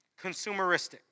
consumeristic